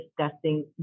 discussing